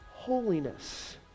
holiness